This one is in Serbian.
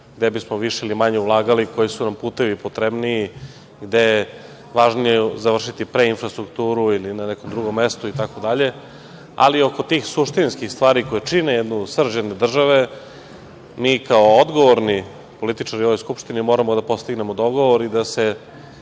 gde bismo više i manje ulagali, koji su nam putevi potrebniji i gde je važnije završiti pre infrastrukturu ili na nekom drugom mestu i tako dalje, ali oko tih suštinskih stvari koje čine jednu srž jedne države mi kao odgovorni političari ove Skupštine moramo da postignemo dogovore da se